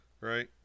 right